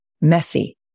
messy